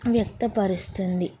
వ్యక్తపరుస్తుంది